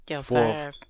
four